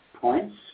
points